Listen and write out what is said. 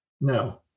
No